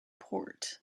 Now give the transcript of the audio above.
port